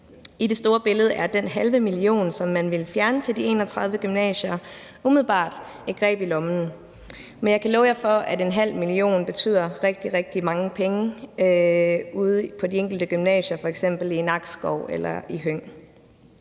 I det store billede er den halve million, som man ville fjerne fra de 31 gymnasier, umiddelbart et greb i lommen. Men jeg kan love jer for, at en halv million er rigtig, rigtig mange penge ude på de enkelte gymnasier, f.eks. i Nakskov eller i Høng.